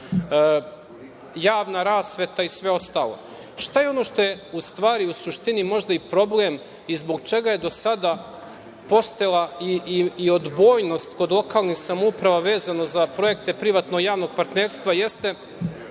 javna rasveta i sve ostalo. Šta je ono što je u stvari, u suštini, možda i problem i zbog čega je do sada postojala i odbojnost kod lokalnih samouprava vezano za projekte privatno-javnog partnerstva, jeste